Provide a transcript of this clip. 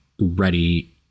ready